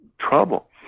trouble